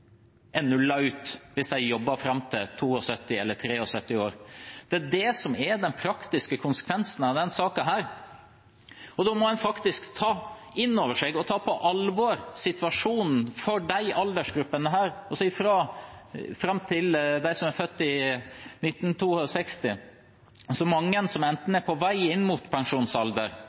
ut hvis de jobber fram til 72 eller 73 år. Det er det som er den praktiske konsekvensen av denne saken. Da må en faktisk ta inn over seg og ta på alvor situasjonen for disse aldersgruppene, altså fram til dem som er født i 1962 – mange som enten er på vei inn mot pensjonsalder,